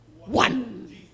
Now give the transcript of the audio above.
one